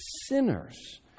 sinners